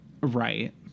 Right